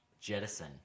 jettison